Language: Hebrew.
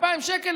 2,000 שקלים,